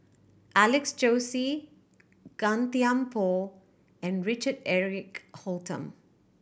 Alex Josey Gan Thiam Poh and Richard Eric Holttum